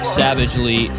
savagely